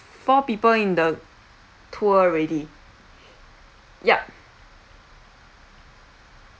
four people in the tour already yup